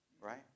right